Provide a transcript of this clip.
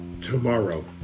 tomorrow